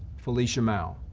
felicia mau,